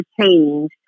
change